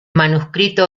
manuscrito